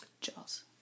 Jaws